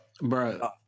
Bro